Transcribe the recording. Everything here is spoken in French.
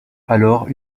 alors